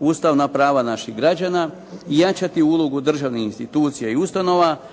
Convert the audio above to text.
ustavna prava naših građana i jačati ulogu državnih institucija i ustanova.